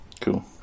cool